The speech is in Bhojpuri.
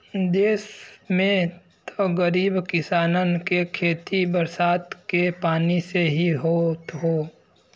देस में त गरीब किसानन के खेती बरसात के पानी से ही होत हौ